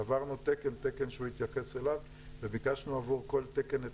עברנו תקן-תקן שהמכון התייחס אליו וביקשנו עבור כל תקן את